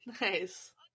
Nice